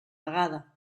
vegada